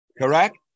Correct